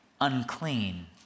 unclean